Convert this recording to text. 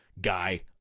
guy